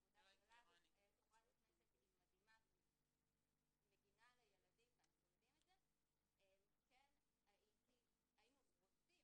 וגם העבודה שלך וזה מגן על הילדים, כן היינו רוצים